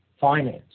finance